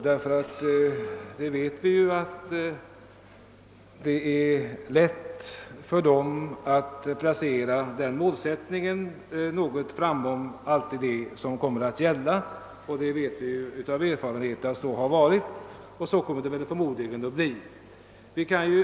Vi vet att det är lätt för dem att placera målsättningen något framför vad som kommer att gälla. Av erfarenhet vet vi att så har det varit och så kommer det förmodligen att bli även i fortsättningen.